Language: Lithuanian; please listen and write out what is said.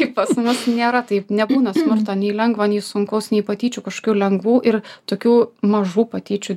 tik pas mus nėra taip nebūna smurto nei lengvo nei sunkaus nei patyčių kažkokių lengvų ir tokių mažų patyčių